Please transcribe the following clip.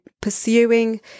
pursuing